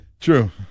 True